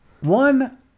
One